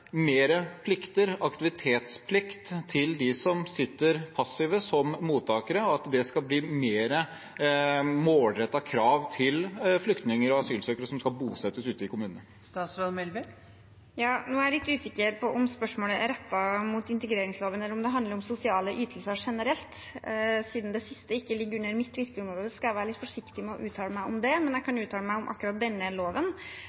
plikter – aktivitetsplikt – for dem som sitter passive som mottakere, og at det skal bli mer målrettede krav til flyktninger og asylsøkere som skal bosettes ute i kommunene? Nå er jeg litt usikker på om spørsmålet er rettet mot integreringsloven eller om det handler om sosiale ytelser generelt. Siden det siste ikke ligger under mitt virkeområde, skal jeg være litt forsiktig med å uttale meg om det, men jeg kan uttale meg om akkurat denne loven.